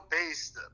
based